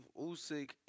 Usyk